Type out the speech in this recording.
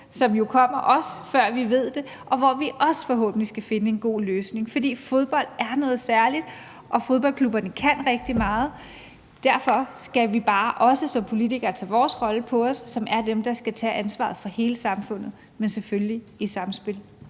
som jo også kommer, før vi ved det, og hvor vi forhåbentlig også skal finde en god løsning. For fodbold er noget særligt, og fodboldklubberne kan rigtig meget. Derfor skal vi som politikere også bare tage vores rolle på os, som er dem, der skal tage ansvaret for hele samfundet, men selvfølgelig i samspil